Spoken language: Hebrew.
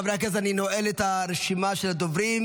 חברי הכנסת, אני נועל את הרשימה של הדוברים.